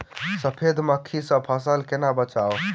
सफेद मक्खी सँ फसल केना बचाऊ?